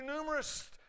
numerous